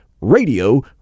Radio